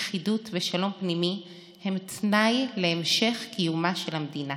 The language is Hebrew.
לכידות ושלום פנימי הם תנאי להמשך קיומה של המדינה,